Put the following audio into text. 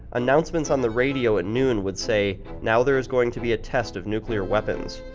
announcements on the radio at noon would say, now there's going to be a test of nuclear weapons.